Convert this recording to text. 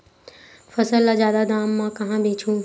फसल ल जादा दाम म कहां बेचहु?